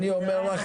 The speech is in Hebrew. אני אומר לך